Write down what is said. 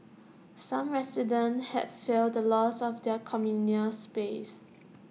some residents have feared the loss of their communal space